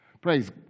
Praise